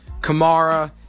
Kamara